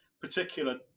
particular